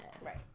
Right